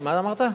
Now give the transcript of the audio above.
מה אמרת?